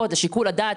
כן, איפה זה עומד?